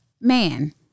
Man